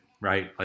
right